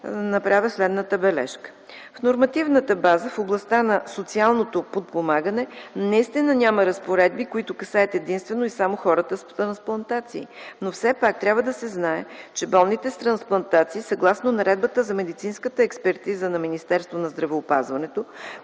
направя следната бележка. В нормативната база в областта на социалното подпомагане наистина няма разпоредби, които касаят единствено и само хората с трансплантации. Все пак трябва да се знае, че болните с трансплантации съгласно наредбата за медицинската експертиза на Министерството на здравеопазването,